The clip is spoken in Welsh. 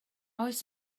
oes